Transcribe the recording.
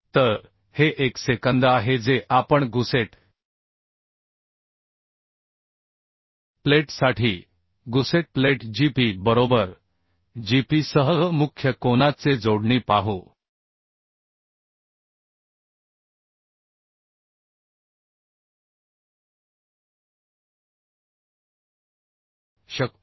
तर हे एक सेकंद आहे जे आपण गुसेट प्लेटसाठी गुसेट प्लेट gp बरोबर gp सह मुख्य कोना चे जोडणी पाहू शकतो